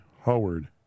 Howard